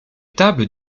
tables